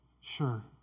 Sure